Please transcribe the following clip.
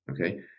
Okay